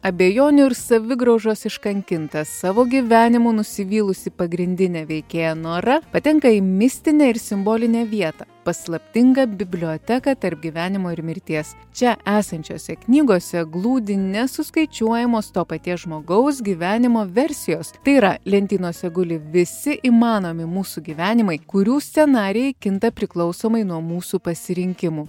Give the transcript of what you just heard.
abejonių ir savigraužos iškankinta savo gyvenimu nusivylusi pagrindinė veikėja nora patenka į mistinę ir simbolinę vietą paslaptingą biblioteką tarp gyvenimo ir mirties čia esančiose knygose glūdi nesuskaičiuojamos to paties žmogaus gyvenimo versijos tai yra lentynose guli visi įmanomi mūsų gyvenimai kurių scenarijai kinta priklausomai nuo mūsų pasirinkimų